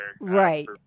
Right